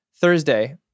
Thursday